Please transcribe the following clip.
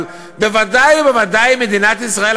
אבל ודאי וודאי שמדינת ישראל,